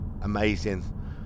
amazing